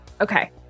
Okay